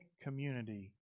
community